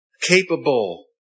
capable